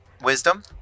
Wisdom